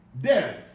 Death